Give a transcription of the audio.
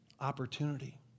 opportunity